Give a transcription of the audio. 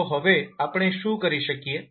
તો હવે આપણે શું કરી શકીએ